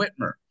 whitmer